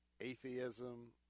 atheism